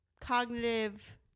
cognitive